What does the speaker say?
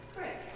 Great